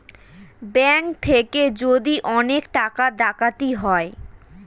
bank থেকে যদি অনেক টাকা ডাকাতি হয়